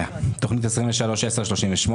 תכנית 23-10-38,